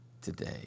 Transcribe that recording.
today